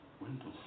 windows